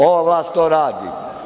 Ova vlast to radi.